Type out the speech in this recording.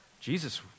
Jesus